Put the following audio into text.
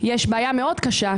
גם פה יש בעיה מאוד קשה,